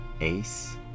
Ace